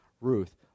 Ruth